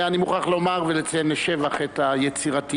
אני מוכרח לומר ולציין לשבח את היצירתיות